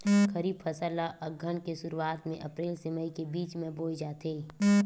खरीफ फसल ला अघ्घन के शुरुआत में, अप्रेल से मई के बिच में बोए जाथे